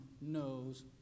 knows